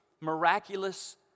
miraculous